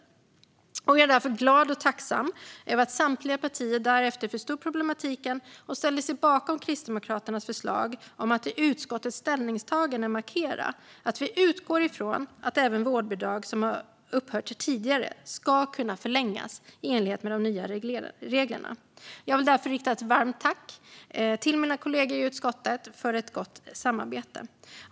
Några frågor om rehabiliteringsersätt-ning och vårdbidrag Jag är glad och tacksam över att samtliga partier därefter förstod problematiken och ställde sig bakom Kristdemokraternas förslag om att i utskottets ställningstagande markera att vi utgår från att även vårdbidrag som har upphört tidigare ska kunna förlängas enligt de nya reglerna. Jag vill därför rikta ett varmt tack till mina kollegor i utskottet för ett gott samarbete.